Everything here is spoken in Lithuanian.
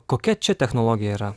kokia čia technologija yra